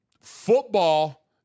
football